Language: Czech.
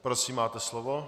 Prosím, máte slovo.